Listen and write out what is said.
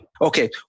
Okay